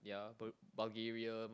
ya bu~ Bulgarium